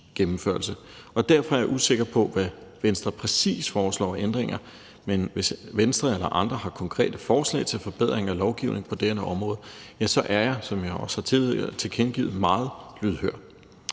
Derfor er jeg usikker på, hvad Venstre præcis foreslår af ændringer, men hvis Venstre eller andre har konkrete forslag til forbedringen af lovgivningen på dette område, er jeg, som jeg også tidligere har tilkendegivet, meget lydhør.